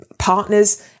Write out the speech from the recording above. partners